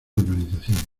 organización